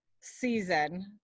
season